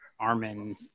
Armin